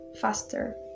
faster